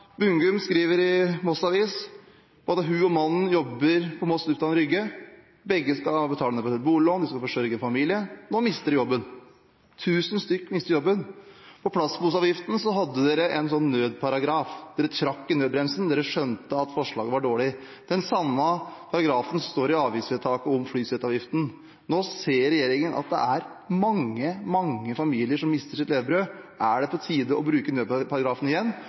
Bungum skriver i Moss Avis: Både hun og mannen jobber på Moss lufthavn, Rygge, begge skal betale ned på et boliglån, de skal forsørge familien – nå mister de jobben. 1 000 personer mister jobben. For plastposeavgiften hadde regjeringen en nødparagraf – de trakk i nødbremsen, de skjønte at forslaget var dårlig. Den samme paragrafen ligger i vedtaket om flyseteavgiften. Nå ser regjeringen at det er mange, mange familier som mister sitt levebrød. Er det på tide å bruke nødparagrafen igjen